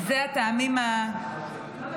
והם הטעמים הקיומיים.